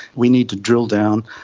we need to drill down,